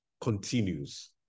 continues